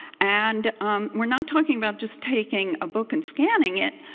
and um we're not talking about just taking a book and scanning it.